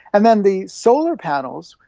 and then the solar panels,